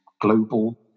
global